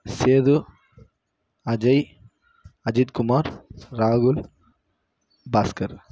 சேது அஜய் அஜித்குமார் ராகுல் பாஸ்கர்